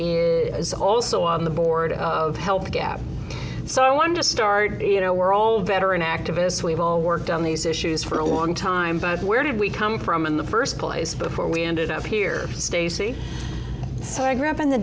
is also on the board of health gap so i want to start you know we're all better and activists we've all worked on these issues for a long time but where did we come from in the first place before we ended up here stacey so i grew up in the